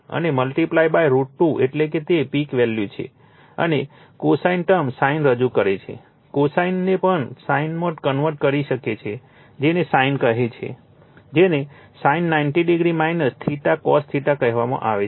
અને મલ્ટીપ્લાઇડ √ 2 એટલે કે તે પીક વેલ્યુ છે અને cosine ટર્મ sin રજૂ કરે છે cosine ને પણ sin માં કન્વર્ટ કરી શકે છે જેને sin કહે છે જેને sin 90o cos કહેવામાં આવે છે